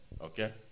Okay